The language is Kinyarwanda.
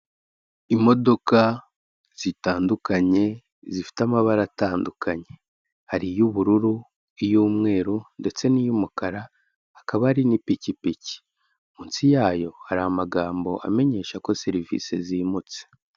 Imodoka zitandukanye zifite amabara atandukanye, hari iy'ubururu, iy'umweru ndetse n'iy'umukara, hakaba hari n'ipikipiki munsi yayo hari amagambo amenyesha ko serivisi zimutse.